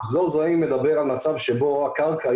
מחזור זרעים מדבר על מצב שבו הקרקע,